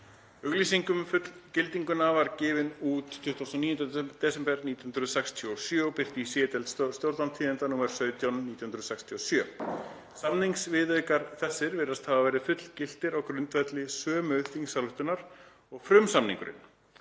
Auglýsing um fullgildinguna var gefin út 29. desember 1967 og birt í C-deild Stjórnartíðinda nr. 17/1967. Samningsviðaukar þessir virðast hafa verið fullgiltir á grundvelli sömu þingsályktunar og frumsamningurinn.